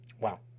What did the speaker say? Wow